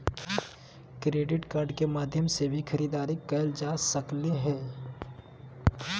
credit card के माध्यम से खरीदारी भी कायल जा सकले हें